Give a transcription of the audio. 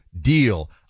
deal